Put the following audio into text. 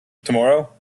tomorrow